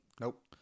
Nope